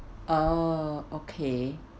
oh okay